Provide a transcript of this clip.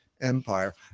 Empire